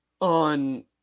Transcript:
on